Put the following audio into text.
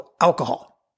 alcohol